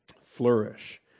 flourish